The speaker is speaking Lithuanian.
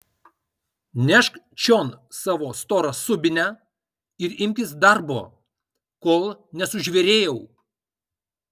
nešk čion savo storą subinę ir imkis darbo kol nesužvėrėjau